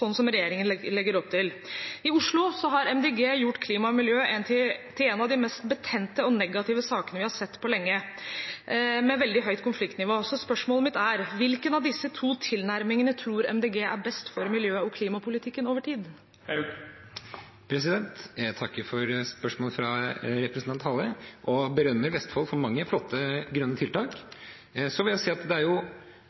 sånn som regjeringen legger opp til. I Oslo har Miljøpartiet De Grønne gjort klima og miljø om til en av de mest betente og negative sakene vi har sett på lenge, og med veldig høyt konfliktnivå. Så spørsmålet mitt er: Hvilken av disse to tilnærmingene tror Miljøpartiet De Grønne er best for miljø- og klimapolitikken over tid? Jeg takker for spørsmålet fra representanten Westgaard-Halle, og berømmer Vestfold for mange flotte grønne tiltak.